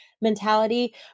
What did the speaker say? mentality